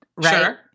sure